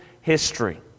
history